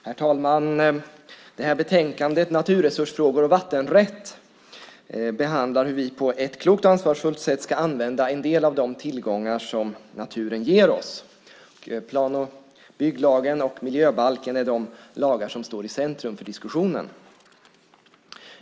Herr talman! I betänkandet Naturresursfrågor och vattenrätt behandlas hur vi på ett klokt och ansvarsfullt sätt ska använda en del av de tillgångar som naturen ger oss. Plan och bygglagen och miljöbalken är de lagar som står i centrum för diskussionen.